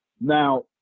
Now